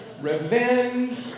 revenge